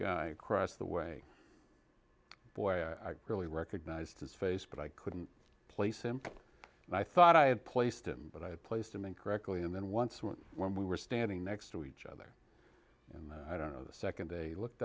guy across the way boy i really recognized his face but i couldn't place him and i thought i had placed him but i placed him incorrectly and then once when we were standing next to each other and i don't know the nd day looked